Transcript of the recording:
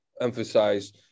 emphasize